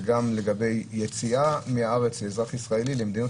וגם לגבי יציאה מהארץ של אזרח ישראלי למדינות